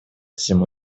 всему